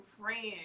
friends